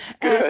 Good